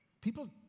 People